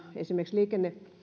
esimerkiksi liikenne